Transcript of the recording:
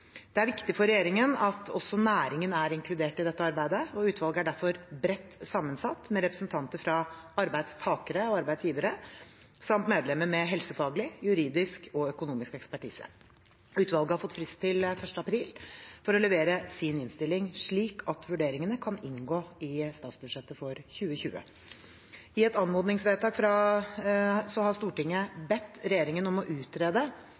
Det er viktig for regjeringen at også næringen er inkludert i dette arbeidet. Utvalget er derfor bredt sammensatt, med representanter fra arbeidstakere og arbeidsgivere samt medlemmer med helsefaglig, juridisk og økonomisk ekspertise. Utvalget har fått frist til 1. april for å levere sin innstilling, slik at vurderingene kan inngå i statsbudsjettet for 2020. I et anmodningsvedtak har Stortinget bedt regjeringen om å utrede